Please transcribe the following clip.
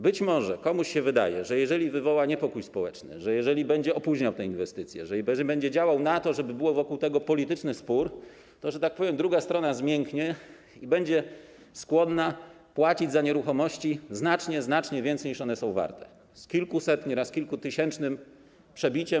Być może komuś się wydaje, że jeżeli wywoła niepokój społeczny, że jeżeli będzie opóźniał tę inwestycję, jeżeli będzie działał w ten sposób, żeby był wokół tego polityczny spór, to - że tak powiem - druga strona zmięknie i będzie skłonna płacić za nieruchomości znacznie, znacznie więcej, niż one są warte, z kilkusetnym, nieraz kilkutysięcznym przebiciem.